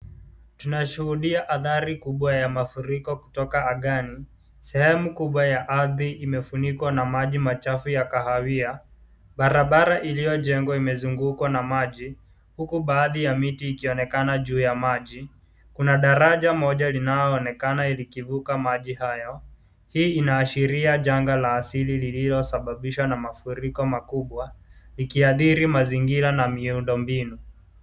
Tunashuhudia athari kubwa ya mafuriko kutoka angani, sehemu kubwa ya ardi imefunikwa na maji machafu ya kawahia, barabara iliyojengewa imezungukwa na maji, huku baadhi ya miti ikionekana juu ya maji kuna daraja moja linaloonekana likivuka maji hayo, hii inaashiria janga la asili lilosababishwa na mafuriko makubwa likiadhiri mazingira ma miundo mbinu.